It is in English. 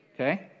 Okay